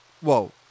Whoa